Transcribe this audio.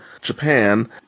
Japan